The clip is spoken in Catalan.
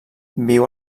viu